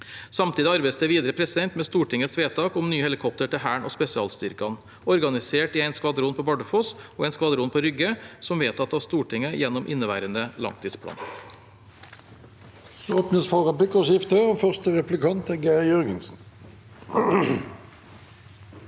Samtidig arbeides det videre med Stortingets vedtak om nye helikoptre til Hæren og spesialstyrkene, organisert i en skvadron på Bardufoss og en skvadron på Rygge, som vedtatt av Stortinget gjennom inneværende langtidsplan.